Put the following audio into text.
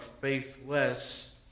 faithless